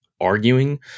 arguing